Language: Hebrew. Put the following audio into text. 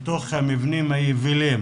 בתוך המבנים היבילים